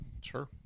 Sure